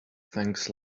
thanks